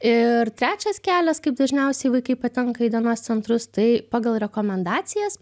ir trečias kelias kaip dažniausiai vaikai patenka į dienos centrus tai pagal rekomendacijas